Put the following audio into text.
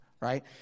right